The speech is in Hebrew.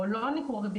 או לא ניכור הורי,